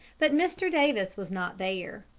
but mr. davis was not there.